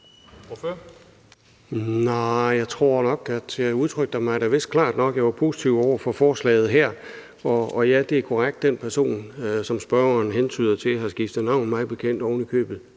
da vist nok, at jeg udtrykte mig klart nok. Jeg var positiv over for forslaget her, og ja, det er korrekt, at den person, som spørgeren hentyder til, har skiftet navn, mig bekendt ovenikøbet